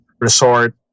resort